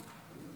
17 בעד,